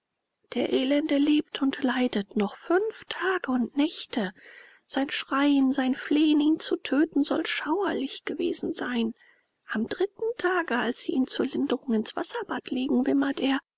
der elende lebt und leidet noch fünf tage und nächte sein schreien sein flehen ihn zu töten soll schauerlich gewesen sein am dritten tage als sie ihn zur linderung ins wasserbad legen wimmert er